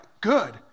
good